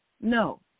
No